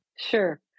Sure